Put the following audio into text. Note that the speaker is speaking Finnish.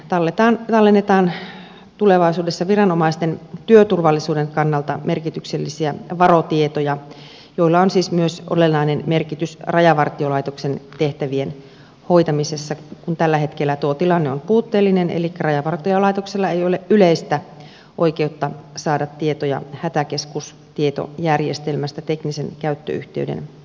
hätäkeskustietojärjestelmään tallennetaan tulevaisuudessa viranomaisten työturvallisuuden kannalta merkityksellisiä varotietoja joilla on siis myös olennainen merkitys rajavartiolaitoksen tehtävien hoitamisessa kun tällä hetkellä tuo tilanne on puutteellinen elikkä rajavartiolaitoksella ei ole yleistä oikeutta saada tietoja hätäkeskustietojärjestelmästä teknisen käyttöyhteyden avulla